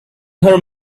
her